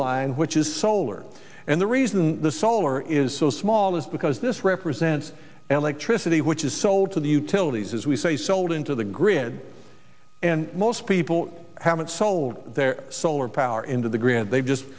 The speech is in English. line which is solar and the reason the solar is so small is because this represents electricity which is sold to the utilities as we say sold into the grid and most people haven't sold their solar power into the grid they've just